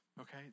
okay